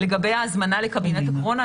לגבי ההזמנה לקבינט הקורונה,